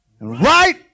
Right